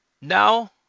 Now